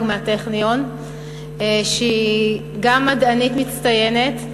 מהטכניון שהיא גם מדענית מצטיינת.